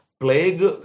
plague